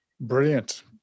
Brilliant